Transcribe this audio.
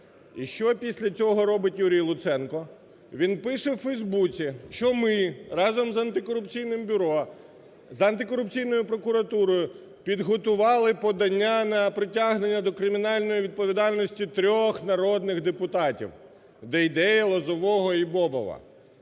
І що після цього робить Юрій Луценко? Він пише в "Фейсбуці", що ми разом з антикорупційним бюро, з антикорупційною прокуратурою підготували подання на притягнення до кримінальної відповідальності трьох народних депутатів: Дейдея, Лозового і Бобова.